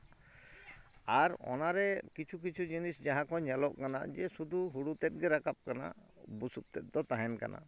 ᱟᱨ ᱚᱱᱟ ᱨᱮ ᱠᱤᱪᱷᱩ ᱠᱤᱪᱷᱩ ᱡᱤᱱᱤᱥ ᱡᱟᱦᱟᱸ ᱠᱚ ᱧᱮᱞᱚᱜ ᱠᱟᱱᱟ ᱡᱮ ᱥᱩᱫᱩ ᱦᱩᱲᱩ ᱛᱮᱫ ᱜᱮ ᱨᱟᱠᱟᱵ ᱠᱟᱱᱟ ᱵᱩᱥᱩᱵ ᱛᱮᱫ ᱫᱚ ᱛᱟᱦᱮᱱ ᱠᱟᱱᱟ